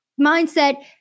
mindset